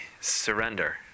surrender